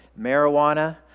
marijuana